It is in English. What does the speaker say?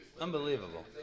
Unbelievable